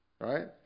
right